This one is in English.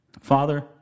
Father